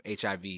HIV